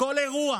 בכל אירוע